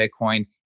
Bitcoin